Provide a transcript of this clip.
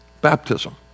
baptism